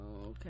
okay